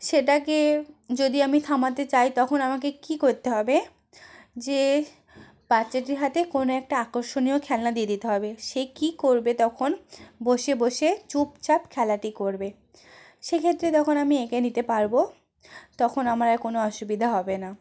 সেটাকে যদি আমি থামাতে চাই তখন আমাকে কি করতে হবে যে বাচ্চাটির হাতে কোনো একটা আকর্ষণীয় খেলনা দিয়ে দিতে হবে সে কি করবে তখন বসে বসে চুপচাপ খেলাটি করবে সেক্ষেত্রে তখন আমি এঁকে নিতে পারব তখন আমার আর কোন অসুবিধা হবে না